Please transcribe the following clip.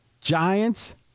Giants